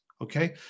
Okay